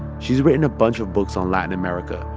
she's written a bunch of books on latin america,